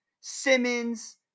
Simmons